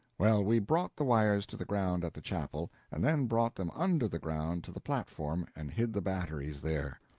well, we brought the wires to the ground at the chapel, and then brought them under the ground to the platform, and hid the batteries there.